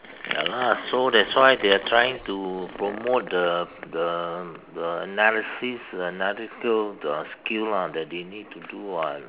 ya lah so that's why they're trying to promote the the the analysis analytical the skill lah that they need to do [what]